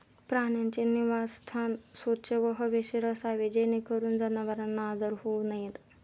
प्राण्यांचे निवासस्थान स्वच्छ व हवेशीर असावे जेणेकरून जनावरांना आजार होऊ नयेत